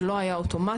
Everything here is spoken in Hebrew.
ולא היה אוטומטי,